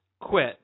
quit